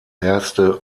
erste